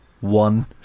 One